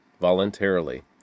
voluntarily